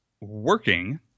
working